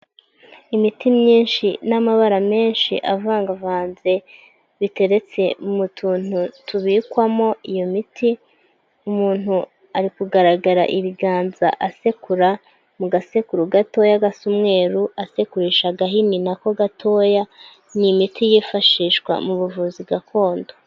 Imiti myinshi n'amabara menshi avangavanze biteretse mu tuntu tubikwamo iyo miti, umuntu ari kugaragara ibiganza asekura mu gasekuru gato gasa umweru asekurisha agahini nako gatoya , ni imiti yifashishwa mu buvuzi gakondo .